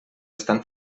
estan